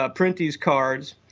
ah print these cards,